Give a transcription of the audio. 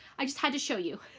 i just had to show you.